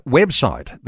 website